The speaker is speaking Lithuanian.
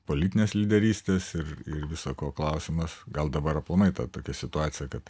politinės lyderystės ir ir visa ko klausimas gal dabar aplamai ta tokia situacija kad